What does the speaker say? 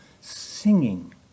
singing